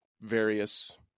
various